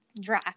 dry